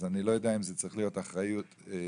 אז אני לא יודע אם זה צריך להיות אחריות פלילית,